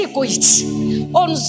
on